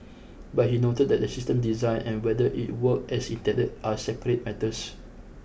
but he noted that the system design and whether it work as intended are separate matters